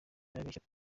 yarabeshye